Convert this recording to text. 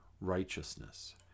righteousness